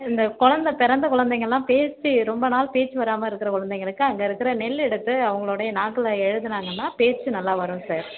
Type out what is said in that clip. இந்த குலந்த பிறந்த குலந்தைங்கள்லாம் பேச்சு ரொம்ப நாள் பேச்சு வராமல் இருக்கிற குலந்தைங்களுக்கு அங்கே இருக்கிற நெல் எடுத்து அவங்களோடைய நாக்கில் எழுதுனாங்கன்னா பேச்சு நல்லா வரும் சார்